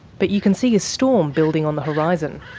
but you can see a storm building on the horizon.